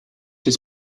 his